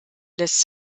lässt